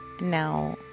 Now